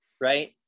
right